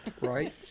right